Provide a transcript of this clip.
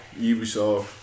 Ubisoft